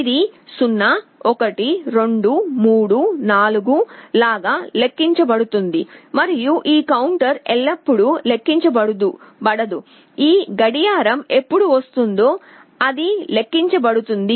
ఇది 0 1 2 3 4 లాగా లెక్కించబడుతుంది మరియు ఈ కౌంటర్ ఎల్లప్పుడూ లెక్కించబడదు ఈ గడియారం ఎప్పుడు వస్తుందో అది లెక్కించబడుతుంది